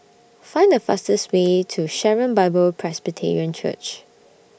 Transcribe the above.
Find The fastest Way to Sharon Bible Presbyterian Church